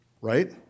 Right